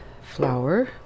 flour